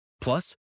Plus